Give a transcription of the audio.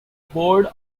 board